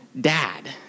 dad